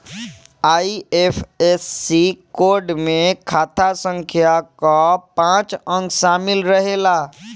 IFSC code में खाता संख्या कअ पांच अंक शामिल रहेला